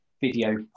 video